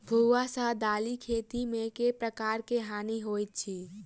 भुआ सँ दालि खेती मे केँ प्रकार केँ हानि होइ अछि?